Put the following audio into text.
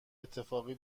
اتفاقی